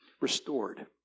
restored